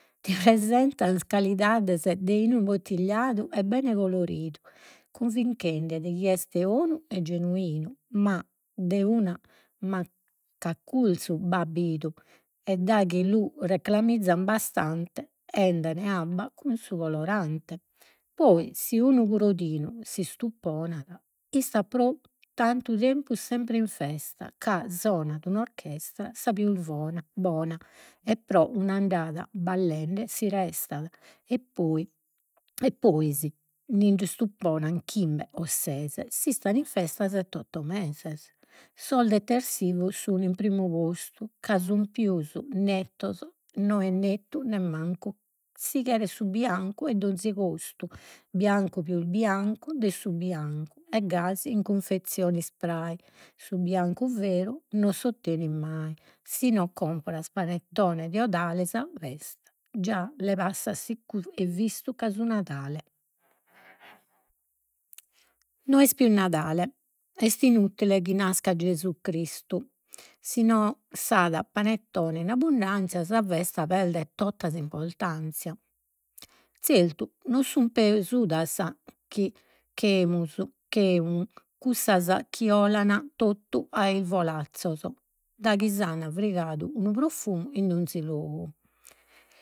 Ti presentan calidades de 'inu imbuttigliadu e bene coloridu chi est 'onu e genuinu, ma de una accurzu b'at bidu e daghi lu reclamizzana bastante, benden abba cun su colorante. Poi si unu Crodinu s'istupponat istas pro tantu tempus sempre in festa, ca sonat un'orchestra sa pius bona, e pro un'andada ballende si restat, e poi sind'istupponas chimbe o sese, s'istat in festa sett'otto meses. Sos detersivos sun in primu postu, ca su pius nettos, no es nettu nemmancu, si cheret su biancu e donzi costu, biancu pius biancu de su biancu, e gasi in cunfezione su biancu beru non s'ottenit mai. Si no comporas Panettone de 'odale sa già le passas siccu, e vistu ca su Nadale no est pius Nadale, est inutile chi nascat Gesù Cristu, si no s'at panettone in abbundanzia sa festa perdet tota s'importanzia. Zertu no sun pesudas che cussas chi olan totu a isvolazzos, daghi s'an frigadu unu profumu in donzi logu